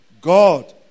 God